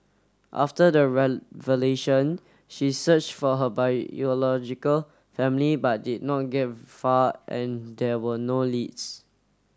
after the revelation she search for her biological family but did not get far and there were no leads